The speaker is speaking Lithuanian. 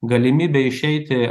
galimybė išeiti